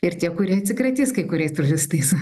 ir tie kurie atsikratys kai kuriais turistais